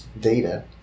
data